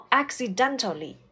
accidentally